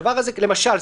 למשל,